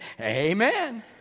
amen